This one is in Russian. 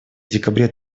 декабре